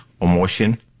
emotion